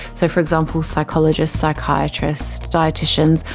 so for example psychologists, psychiatrists, dieticians,